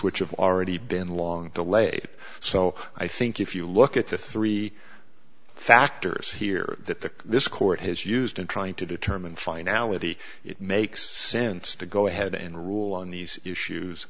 which have already been long delayed so i think if you look at the three factors here that the this court has used in trying to determine finality it makes sense to go ahead and rule on these issues